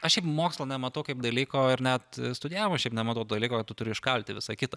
aš šiaip mokslo nematau kaip dalyko ir net studijavus šiaip nematau dalyko tu turi iškalti visą kitą